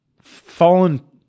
Fallen